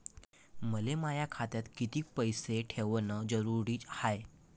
मले माया खात्यात कितीक पैसे ठेवण जरुरीच हाय?